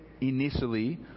initially